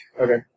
Okay